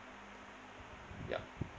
yup